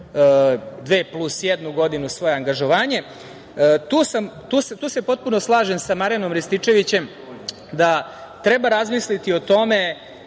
plus jednu godinu svoje angažovanje. Tu se potpuno slažem sa Marijanom Rističevićem da treba razmisliti o tome